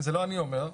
זה לא אני אומר.